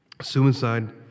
Suicide